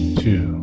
two